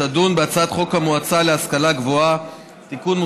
תדון בהצעת חוק המועצה להשכלה גבוהה (תיקון,